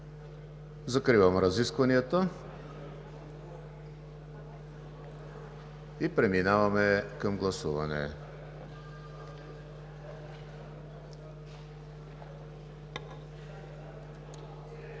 Закривам разискванията. Преминаваме към гласуване.